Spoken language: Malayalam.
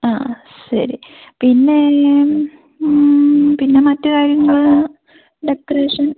ആ ശരി പിന്നെ പിന്നെ മറ്റ് കാര്യങ്ങൾ ഡെക്കറേഷൻ